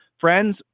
friends